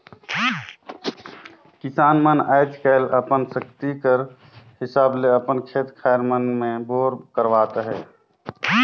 किसान मन आएज काएल अपन सकती कर हिसाब ले अपन खेत खाएर मन मे बोर करवात अहे